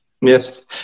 Yes